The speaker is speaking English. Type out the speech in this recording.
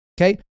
Okay